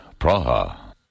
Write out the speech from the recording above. Praha